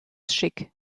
schick